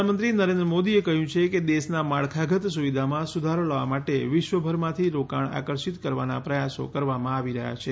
આગ્રા પ્રધાનમંત્રી નરેન્દ્ર મોદીએ કહ્યું છે કે દેશના માળખાગત સુવિધામાં સુધારો લાવવા માટે વિશ્વભરમાંથી રોકાણ આકર્ષિત કરવાના પ્રયાસો કરવામાં આવી રહ્યા છે